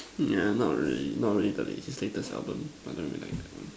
yeah not really not really the late latest album I don't really like that one